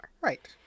Right